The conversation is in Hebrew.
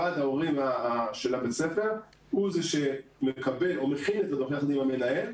ועד ההורים של הבית ספר הוא זה שמקבל או מכין את הדוח יחד עם המנהל.